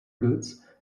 goods